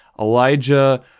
Elijah